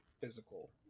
physical